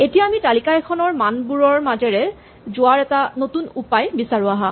এতিয়া আমি তালিকা এখনৰ মানবোৰৰ মাজেৰে যোৱাৰ এটা নতুন উপায় বিচাৰো আহাঁ